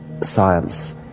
science